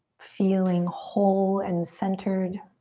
feeling whole and centered.